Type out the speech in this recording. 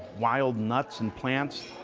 wild nuts and plants.